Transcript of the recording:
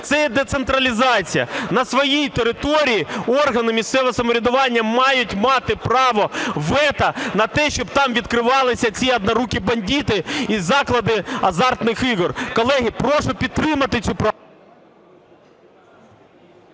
Це є децентралізація – на своїй території органи місцевого самоврядування мають мати право вето на те, щоб там відкривалися ці "однорукі бандити" і заклади азартних ігор. Колеги, прошу підтримати цю правку.